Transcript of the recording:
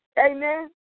Amen